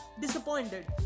disappointed